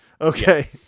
Okay